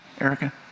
erica